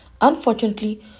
Unfortunately